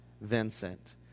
Vincent